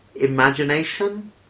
imagination